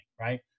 right